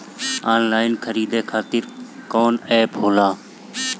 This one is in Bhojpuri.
आनलाइन खरीदे खातीर कौन एप होला?